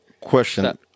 Question